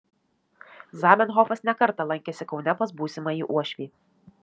zamenhofas ne kartą lankėsi kaune pas būsimąjį uošvį